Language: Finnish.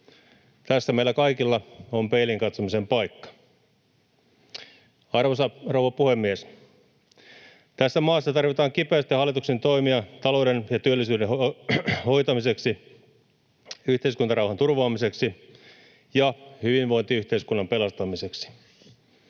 Tässä meillä kaikilla on peiliin katsomisen paikka. Arvoisa rouva puhemies! Tässä maassa tarvitaan kipeästi hallituksen toimia talouden ja työllisyyden hoitamiseksi, yhteiskuntarauhan turvaamiseksi ja hyvinvointiyhteiskunnan pelastamiseksi.